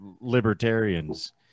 libertarians